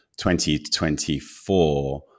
2024